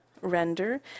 render